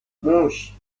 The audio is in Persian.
موش